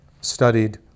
studied